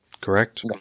correct